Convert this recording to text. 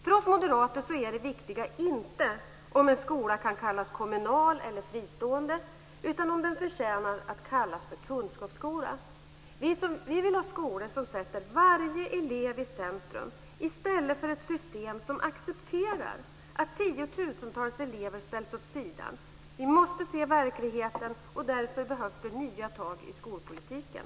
För oss moderater är det viktiga inte om en skola kan kallas kommunal eller fristående utan om den förtjänar att kallas kunskapsskola. Vi vill ha skolor som sätter varje elev i centrum i stället för ett system som accepterar att tiotusentals elever ställs åt sidan. Vi måste se verkligheten, och därför behövs det nya tag i skolpolitiken.